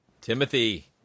Timothy